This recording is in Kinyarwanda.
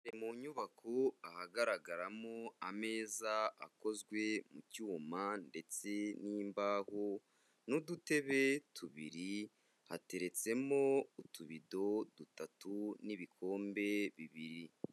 Mu nyubako ahagaragaramo ameza akozwe mu cyuma ndetse n'imbaho n'udutebe tubiri, hateretsemo utubido dutatu n'ibikombe bibiri.